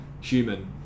human